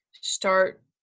start